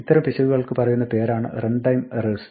ഇത്തരം പിശകുകൾക്ക് പറയുന്ന പേരാണ് റൺ ടൈം എറേഴ്സ്